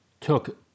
took